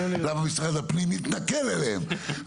למה משרד הפנים מתנכל אליהם.